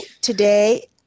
today –